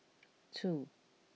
two